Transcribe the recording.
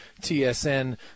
TSN